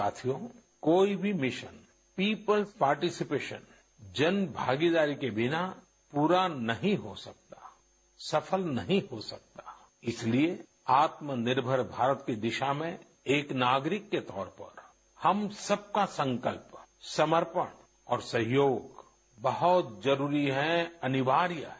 साथियो कोई भी मिशन पीपुल्स पार्टिसिपेशन जनभागीदारी के बिना पूरा नहीं हो सकता सफल नहीं हो सकता इसीलिए आत्मनिर्भर भारत की दिशा में एक नागरिक के तौर पर हम सबका संकल्प समर्पण और सहयोग बहुत जरूरी है अनिवार्य है